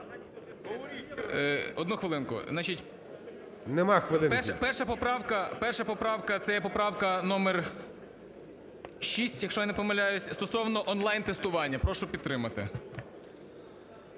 Нема хвилинки. ДЕРЕВ'ЯНКО Ю.Б. Перша поправка це є поправка номер 6, якщо я не помиляюсь, стосовно онлайн тестування. Прошу підтримати.